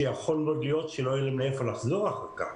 שיכול מאוד להיות שלא יהיה לאיפה לחזור אחר כך.